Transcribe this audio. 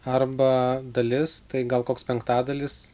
arba dalis tai gal koks penktadalis